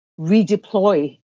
redeploy